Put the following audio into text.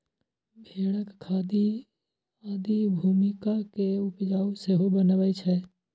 भेड़क खाद कृषि भूमि कें उपजाउ सेहो बनबै छै